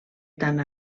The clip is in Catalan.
tant